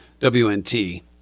WNT